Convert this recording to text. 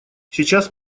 сейчас